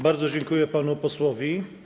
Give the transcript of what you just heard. Bardzo dziękuję panu posłowi.